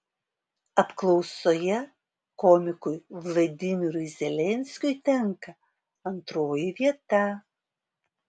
apklausoje komikui vladimirui zelenskiui tenka antroji vieta